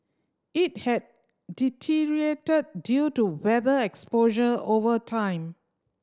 it had deteriorated due to weather exposure over time